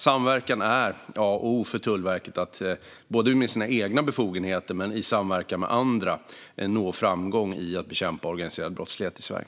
Samverkan är A och O för Tullverket för att med både sina egna befogenheter och i samverkan med andra nå framgång i att bekämpa organiserad brottslighet i Sverige.